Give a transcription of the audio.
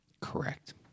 Correct